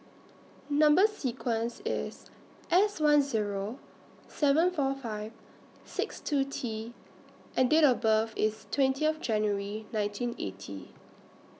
Number sequence IS S one Zero seven four five six two T and Date of birth IS twenty of January nineteen eighty